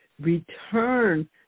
return